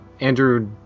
Andrew